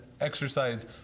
exercise